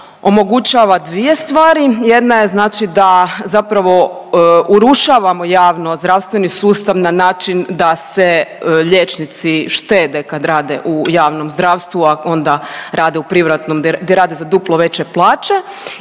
omogućava dvije stvari. Jedna je da zapravo urušavamo javnozdravstveni sustav na način da se liječnici štede kad rade u javnom zdravstvu, a onda rade u privatnom gdje rade za duplo veće plaće.